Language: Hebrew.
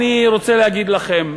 אני רוצה להגיד לכם,